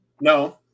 no